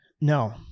No